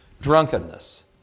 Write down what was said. drunkenness